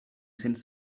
since